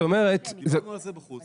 דיברנו על זה בחוץ.